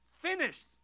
finished